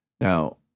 Now